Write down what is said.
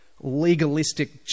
legalistic